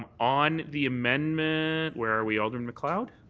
um on the amendment where are we, alderman macleod?